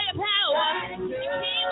power